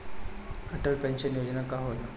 Atal pension योजना का होला?